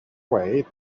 way